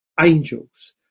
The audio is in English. angels